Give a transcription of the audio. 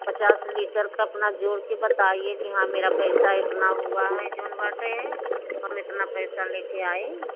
पचास लीटर का अपना जोड़ के बताइए कि हाँ मेरा पैसा इतना हुआ है जोन बाटे है हम इतना पैसा लेके आए